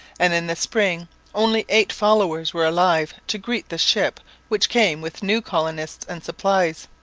and in the spring only eight followers were alive to greet the ship which came with new colonists and supplies.